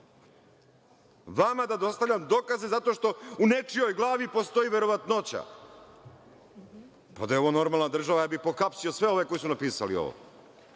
vama da dostavljam dokaze zato što u nečijoj glavi postoji verovatnoća? Da je ovo normalna država, ja bih pohapsio sve ove koji su napisali ovo. Vi